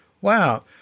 Wow